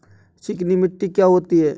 चिकनी मिट्टी क्या होती है?